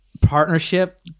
Partnership